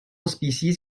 species